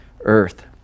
earth